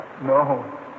No